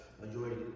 Majority